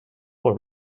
for